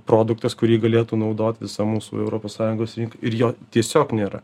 produktas kurį galėtų naudot visa mūsų europos sąjungos rink ir jo tiesiog nėra